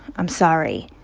i'm sorry.